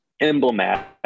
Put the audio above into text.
emblematic